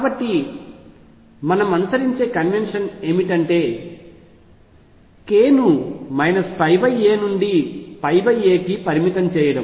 కాబట్టి మనం అనుసరించే కన్వెన్షన్ ఏంటంటే k ను aనుండి a కి పరిమితం చేయడం